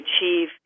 achieve